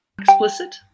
explicit